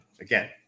again